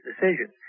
decisions